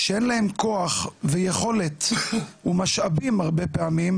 שאין כוח ויכולת ומשאבים הרבה פעמים,